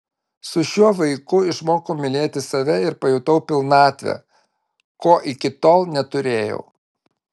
su šiuo vaiku išmokau mylėti save ir pajutau pilnatvę ko iki tol neturėjau